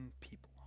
people